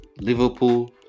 Liverpool